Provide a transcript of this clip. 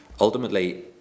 ultimately